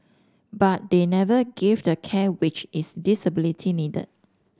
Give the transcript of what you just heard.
but they never gave the care which its disability needed